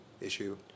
issue